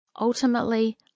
Ultimately